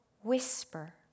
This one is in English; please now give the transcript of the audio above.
whisper